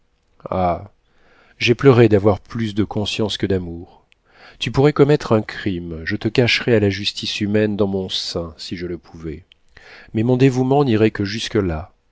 j'ai pleuré d'avoir plus de conscience que d'amour tu pourrais commettre un crime je te cacherais à la justice humaine dans mon sein si je le pouvais mais mon dévouement n'irait que jusque-là